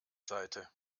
seite